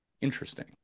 interesting